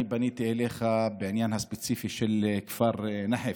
אני פניתי אליך בעניין הספציפי של כפר נחף.